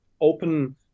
open